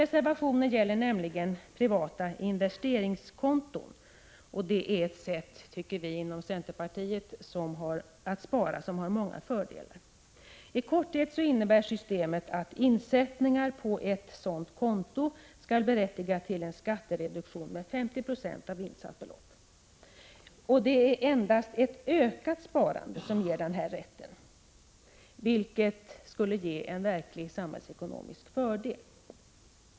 Reservationen gäller nämligen privata investeringskonton, ett system för sparande som vi i centerpartiet tycker har många fördelar. I korthet innebär det att insättningar på ett privat investeringskonto skall berättiga till en skattereduktion med 50 96 av insatt belopp. Det är endast ett ökat sparande som ger denna rätt, vilket skulle ge en verklig samhällsekonomisk fördel.